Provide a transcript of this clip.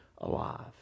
alive